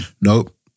Nope